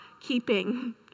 keeping